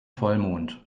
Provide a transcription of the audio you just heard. vollmond